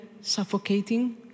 suffocating